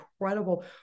incredible